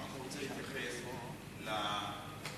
מאיימים להוציא את ההטבה הזאת של אילת,